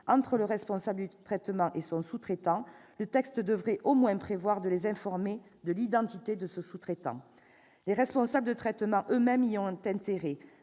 entre le responsable du traitement et son sous-traitant, le texte devrait au moins prévoir de les informer de l'identité de ce dernier. Les responsables de traitement eux-mêmes y ont intérêt